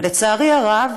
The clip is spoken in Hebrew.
לצערי הרב,